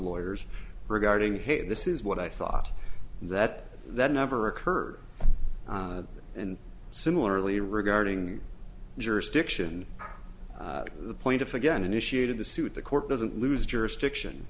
lawyers regarding hey this is what i thought that that never occurred and similarly regarding the jurisdiction the plaintiff again initiated the suit the court doesn't lose jurisdiction